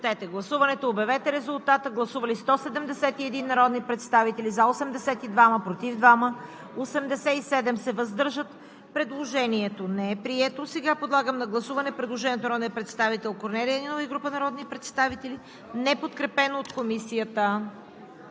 и група народни представители. Гласували 171 народни представители: за 82, против 2, въздържали се 87. Предложението не е прието. Подлагам на гласуване предложението на народния представител Корнелия Нинова и група народни представители, неподкрепено от Комисията.